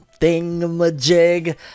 thingamajig